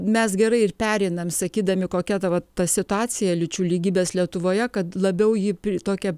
mes gerai ir pereinam sakydami kokia ta vat ta situacija lyčių lygybės lietuvoje kad labiau ji pri tokia